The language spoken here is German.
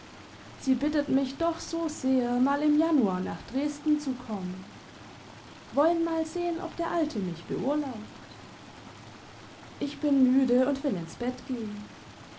sie bittet mich doch so sehr mal im januar nach dresden zu kommen wollen mal sehen ob der alte mich beurlaubt ich bin müde und will ins bett gehen